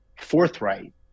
forthright